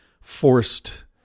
forced